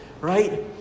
right